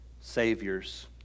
saviors